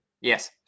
yes